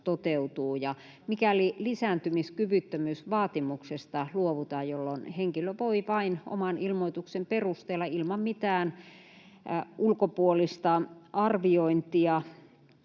mikäli lisääntymiskyvyttömyysvaatimuksesta luovutaan, jolloin henkilö voi vain oman ilmoituksen perusteella ilman mitään ulkopuolista arviointia